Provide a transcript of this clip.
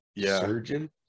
surgeon